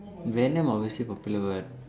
venom obviously popular what